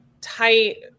tight